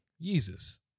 Jesus